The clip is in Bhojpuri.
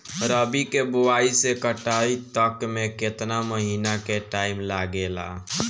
रबी के बोआइ से कटाई तक मे केतना महिना के टाइम लागेला?